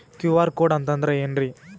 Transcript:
QR code ಅಂತಂದ್ರ ಏನ್ರೀ?